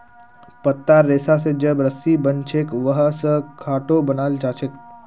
पत्तार रेशा स जे रस्सी बनछेक वहा स खाटो बनाल जाछेक